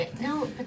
no